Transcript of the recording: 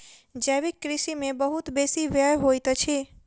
जैविक कृषि में बहुत बेसी व्यय होइत अछि